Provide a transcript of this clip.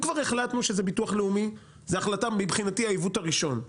כך שמבחינתי ההחלטה שזה ביטוח לאומי זה כבר העיוות הראשוני.